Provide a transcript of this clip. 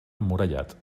emmurallat